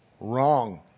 wrong